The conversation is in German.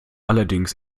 allerdings